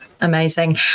Amazing